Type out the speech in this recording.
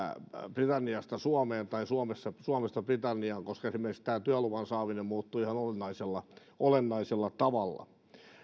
britanniasta suomeen tai suomesta britanniaan koska esimerkiksi työluvan saaminen muuttuu ihan olennaisella tavalla